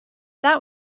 that